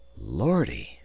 Lordy